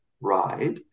ride